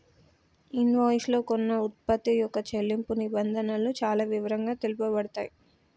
invoice లో కొన్న వుత్పత్తి యొక్క చెల్లింపు నిబంధనలు చానా వివరంగా తెలుపబడతయ్